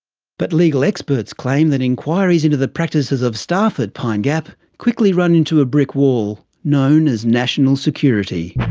but legal experts claim that enquiries into the practices of staff at pine gap quickly run into a brick wall, known as national security.